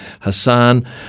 Hassan